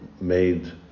made